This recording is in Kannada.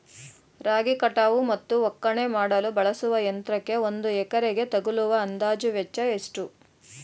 ರಾಗಿ ಕಟಾವು ಮತ್ತು ಒಕ್ಕಣೆ ಮಾಡಲು ಬಳಸುವ ಯಂತ್ರಕ್ಕೆ ಒಂದು ಎಕರೆಗೆ ತಗಲುವ ಅಂದಾಜು ವೆಚ್ಚ ಎಷ್ಟು?